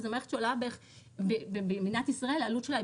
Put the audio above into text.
שזאת מערכת שהעלות שלה במדינת ישראל היא